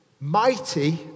Mighty